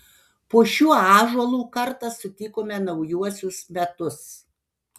po šiuo ąžuolu kartą sutikome naujuosius metus